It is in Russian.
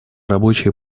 рабочие